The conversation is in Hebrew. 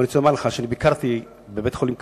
אבל אני רוצה לומר לך שביקרתי בבית-החולים "קפלן"